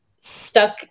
stuck